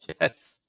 yes